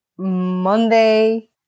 Monday